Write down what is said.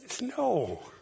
No